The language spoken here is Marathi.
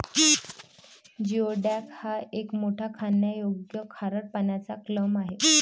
जिओडॅक हा एक मोठा खाण्यायोग्य खारट पाण्याचा क्लॅम आहे